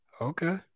Okay